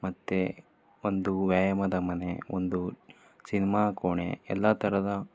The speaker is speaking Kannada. ಮತ್ತು ಒಂದು ವ್ಯಾಯಾಮದ ಮನೆ ಒಂದು ಸಿನ್ಮಾ ಕೋಣೆ ಎಲ್ಲ ಥರದ